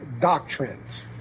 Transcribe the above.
doctrines